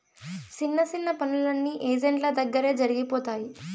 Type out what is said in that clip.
సిన్న సిన్న పనులన్నీ ఏజెంట్ల దగ్గరే జరిగిపోతాయి